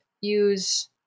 use